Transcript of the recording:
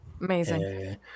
Amazing